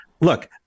Look